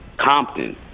Compton